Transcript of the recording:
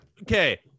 Okay